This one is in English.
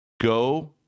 go